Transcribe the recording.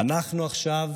אנחנו עכשיו